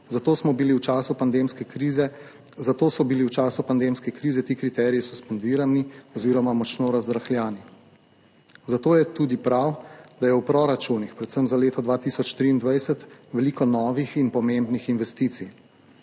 zato so bili v času pandemske krize ti kriteriji suspendirani oziroma močno razrahljani. Zato je tudi prav, da je v proračunih, predvsem za leto 2023, veliko novih in pomembnih investicij.